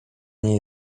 nie